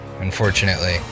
unfortunately